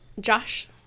Josh